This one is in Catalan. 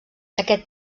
aquest